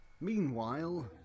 Meanwhile